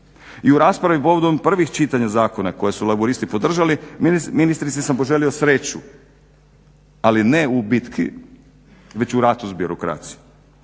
I u raspravi povodom prvih čitanja zakona koje su Laburisti podržali Ministrici sam poželio sreću ali ne u bitku već u ratu s birokracijom.